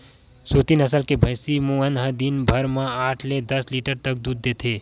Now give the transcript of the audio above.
सुरती नसल के भइसी ह दिन भर म आठ ले दस लीटर तक दूद देथे